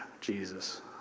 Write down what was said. Jesus